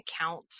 account